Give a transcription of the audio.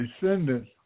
descendants